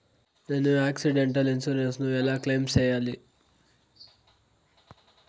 నేను accidental insurance ను ఎలా క్లెయిమ్ సేయాలి?